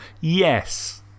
Yes